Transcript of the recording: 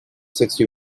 sixty